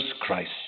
Christ